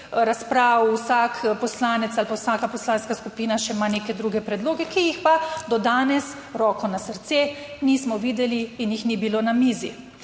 vsak poslanec ali pa vsaka poslanska skupina še ima neke druge predloge, ki jih pa do danes, roko na srce, nismo videli in jih ni bilo na mizi.